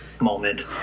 moment